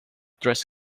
dress